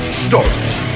starts